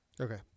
Okay